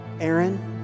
Aaron